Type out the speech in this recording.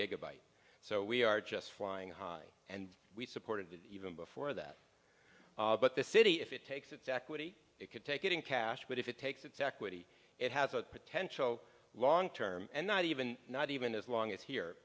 gigabyte so we are just flying high and we supported it even before that but the city if it takes its equity it could take it in cash but if it takes its equity it has a potential long term and not even not even as long as here